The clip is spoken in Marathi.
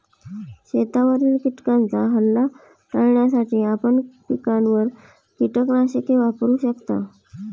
शेतावरील किटकांचा हल्ला टाळण्यासाठी आपण पिकांवर कीटकनाशके वापरू शकता